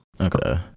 Okay